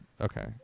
Okay